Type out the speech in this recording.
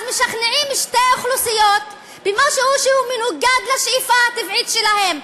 אז משכנעים שתי אוכלוסיות במשהו שמנוגד לשאיפה הטבעית שלהם.